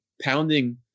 pounding